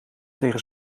tegen